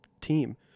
team